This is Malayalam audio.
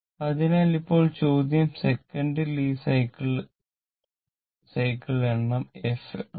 അതിനാൽ ഇപ്പോൾ ചോദ്യം സെക്കന്റിൽ ഈ സൈക്കിൾ എണ്ണം f ആണ്